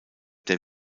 der